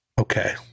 Okay